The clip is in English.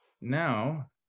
Now